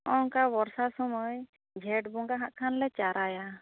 ᱱᱚᱜᱱᱚᱝᱠᱟ ᱵᱚᱨᱥᱟ ᱥᱳᱢᱚᱭ ᱡᱷᱮᱴ ᱵᱚᱸᱜᱟ ᱦᱟᱜ ᱠᱷᱟᱱ ᱞᱮ ᱪᱟᱨᱟᱭᱟ